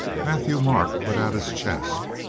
matthieu-marc put out his chest.